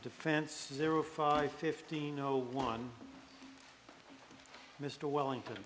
defense zero five fifteen zero one mr wellington